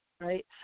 right